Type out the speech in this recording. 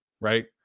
right